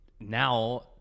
now